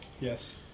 Yes